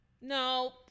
No